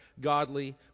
godly